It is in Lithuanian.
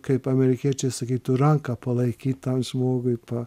kaip amerikiečiai sakytų ranką palaikyt tam žmogui pa